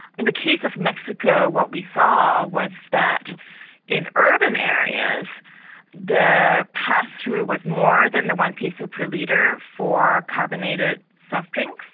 in the case of mexico, what we saw was that in urban areas the pass-through was more than the one peso per litre for carbonated soft drinks,